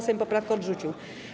Sejm poprawkę odrzucił.